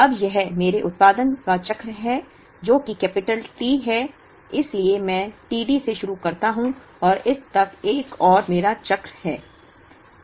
अब यह मेरे उत्पादन का चक्र है जो कि कैपिटल T है इसलिए मैं t D से शुरू करता हूं और इस तक एक और मेरा चक्र है